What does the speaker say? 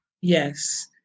Yes